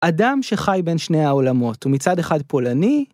אדם שחי בין שני העולמות ומצד אחד פולני.